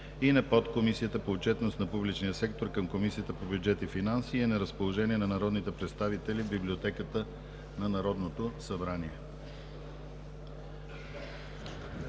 и на Подкомисията по отчетност на публичния сектор към Комисията по бюджет и финанси и е на разположение на народните представители в Библиотеката на Народното събрание.